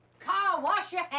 carl! wash your